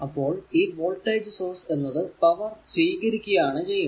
അപ്പോൾ ഈ voltage source എന്നത് പവർ സ്വീകരിക്കുകയാണ് ചെയ്യുന്നത്